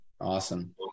Awesome